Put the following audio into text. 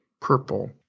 Purple